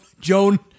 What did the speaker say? Joan